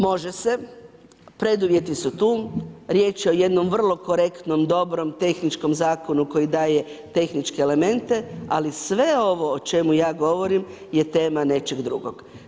Može se, preduvjeti su tu, riječ je o jednom vrlo korektnom, dobrom, tehničkom zakonu koji daje tehničke elemente ali sve ovo o čemu ja govorim je tema nečeg drugog.